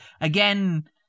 again